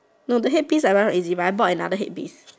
no the headpiece I buy one is I bought another headpiece